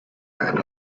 and